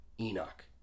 Enoch